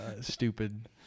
stupid